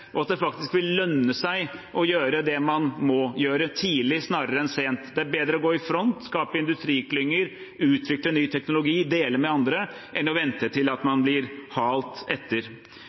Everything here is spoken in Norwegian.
og at det faktisk vil lønne seg å gjøre det man må gjøre, tidlig snarere enn sent. Det er bedre å gå i front, skape industriklynger, utvikle ny teknologi og dele med andre enn å vente til man blir halt etter.